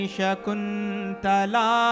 Shakuntala